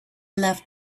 left